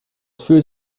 fühlt